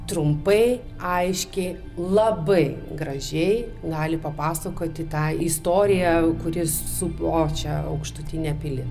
trumpai aiškiai labai gražiai gali papasakoti tą istoriją kuris subločia aukštutinę pilį